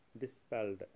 dispelled